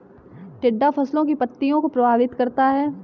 टिड्डा फसलों की पत्ती को प्रभावित करता है